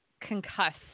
concussed